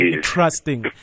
trusting